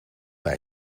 bij